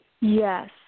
Yes